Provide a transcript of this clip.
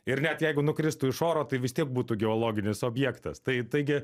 ir net jeigu nukristų iš oro tai vis tiek būtų geologinis objektas tai taigi